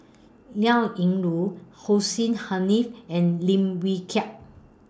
Liao Yingru Hussein Haniff and Lim Wee Kiak